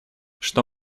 что